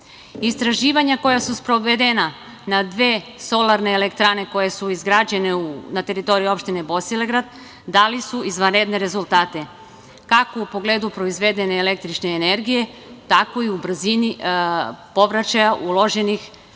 godini. Istraživanja koja su sprovedena na dve solarne elektrane koje su izgrađene na teritoriji opštine Bosilegrad dala su izvanredne rezultate, kako u pogledu proizvedene električne energije tako i u brzini povraćaja uloženih investicija